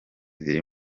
ziri